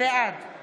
בעד אלון שוסטר,